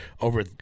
over